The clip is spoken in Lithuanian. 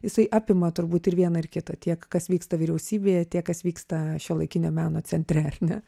jisai apima turbūt ir vieną ir kitą tiek kas vyksta vyriausybėje tiek kas vyksta šiuolaikinio meno centre ar ne